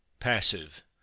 Passive